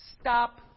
Stop